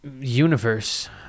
universe